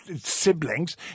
siblings